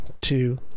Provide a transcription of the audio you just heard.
two